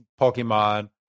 Pokemon